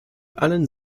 allen